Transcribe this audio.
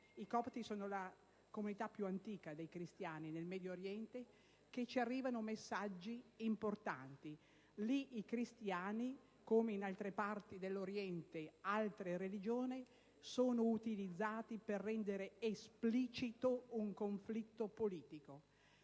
i copti sono la comunità più antica dei cristiani nel Medio Oriente - che ci arrivano messaggi importanti. Lì i cristiani, come per i fedeli di altre religioni in altre parti dell'Oriente, sono utilizzati per rendere esplicito un conflitto politico.